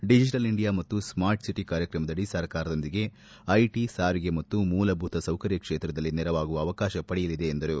digital India ಮತ್ತು smart city ಕಾರ್ಯಕ್ರಮದಡಿ ಸರ್ಕಾರದೊಂದಿಗೆ ಐಟಿ ಸಾರಿಗೆ ಮತ್ತು ಮೂಲಭೂತ ಸೌಕರ್ಯ ಕ್ಷೇತ್ರದಲ್ಲಿ ನೆರವಾಗುವ ಅವಕಾಶ ಪಡೆಯಲಿದೆ ಎಂದರು